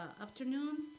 afternoons